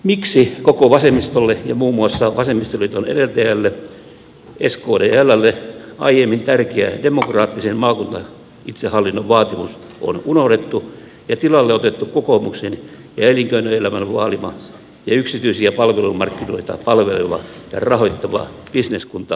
miksi koko vasemmistolle ja muun muassa vasemmistoliiton edeltäjälle skdllle aiemmin tärkeä demokraattisen maakuntaitsehallinnon vaatimus on unohdettu ja tilalle otettu kokoomuksen ja elinkeinoelämän vaalima ja yksityisiä palvelumarkkinoita palveleva ja rahoittava bisneskuntamalli